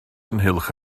ynghylch